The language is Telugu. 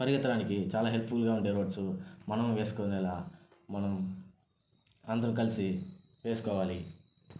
పరిగెత్తడనికీ చాలా హెల్ప్ ఫుల్గా ఉండే రోడ్సు మనం వేస్కునేలా మనం అందరం కలిసి వేస్కోవాలి